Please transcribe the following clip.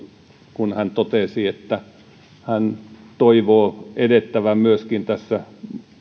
kun hän totesi että hän toivoo edettävän myöskin tässä